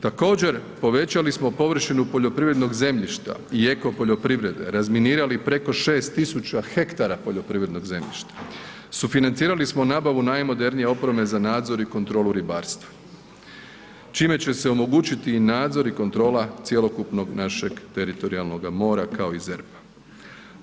Također povećali smo površinu poljoprivrednog zemljišta i eko poljoprivrede, razminirali preko 6000 hektara poljoprivrednog zemljišta, sufinancirali smo nabavu najmodernije opreme za nadzor i kontrolu u ribarstvu, čime će se omogućiti nadzor i kontrola cjelokupnog našeg teritorijalnoga mora, kao i ZERP-a.